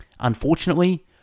Unfortunately